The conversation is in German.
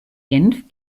genf